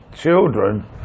children